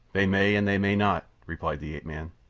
they may and they may not, replied the ape-man.